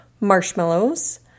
Marshmallows